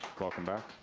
welcome back.